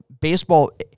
baseball